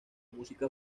música